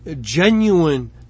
genuine